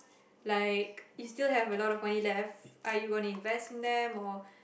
like you still have a lot of money left are you gonna invest in them or